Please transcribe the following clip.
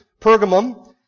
Pergamum